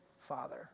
father